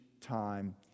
time